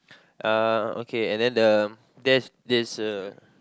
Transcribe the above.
uh okay and then the there's there's a